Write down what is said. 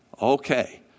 Okay